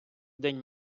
день